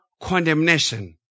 condemnation